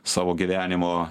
savo gyvenimo